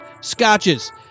scotches